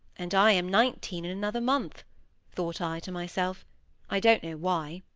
and i am nineteen in another month thought i, to myself i don't know why.